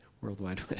worldwide